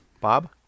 Bob